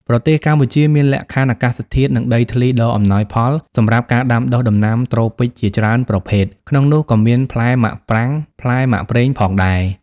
ប្រទេសកម្ពុជាមានលក្ខខណ្ឌអាកាសធាតុ និងដីធ្លីដ៏អំណោយផលសម្រាប់ការដាំដុះដំណាំត្រូពិចជាច្រើនប្រភេទ ក្នុងនោះក៏មានផ្លែមាក់ប្រាងផ្លែមាក់ប្រេងផងដែរ។